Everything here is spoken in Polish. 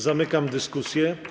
Zamykam dyskusję.